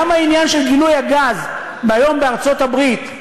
גם העניין של גילוי הגז היום בארצות-הברית,